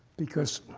because